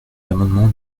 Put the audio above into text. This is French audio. l’amendement